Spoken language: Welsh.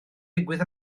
digwydd